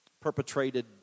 perpetrated